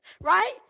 Right